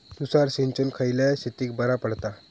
तुषार सिंचन खयल्या शेतीक बरा पडता?